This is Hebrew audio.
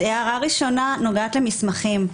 הערה ראשונה נוגעת למסמכים.